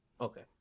okay